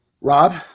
rob